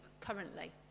currently